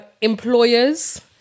employers